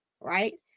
Right